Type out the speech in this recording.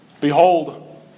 Behold